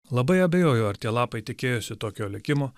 labai abejoju ar tie lapai tikėjosi tokio likimo